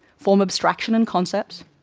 form abstractions and concepts,